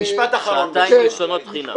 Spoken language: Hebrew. שעתיים ראשונות חינם.